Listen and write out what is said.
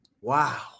Wow